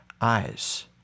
eyes